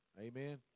Amen